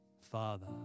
Father